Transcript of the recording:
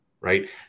right